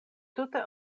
tute